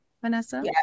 Vanessa